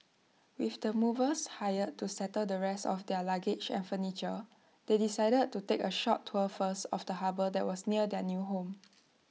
with the movers hired to settle the rest of their luggage and furniture they decided to take A short tour first of the harbour that was near their new home